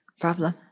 problem